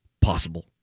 possible